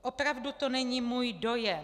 Opravdu to není můj dojem.